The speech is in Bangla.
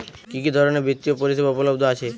কি কি ধরনের বৃত্তিয় পরিসেবা উপলব্ধ আছে?